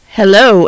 hello